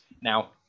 Now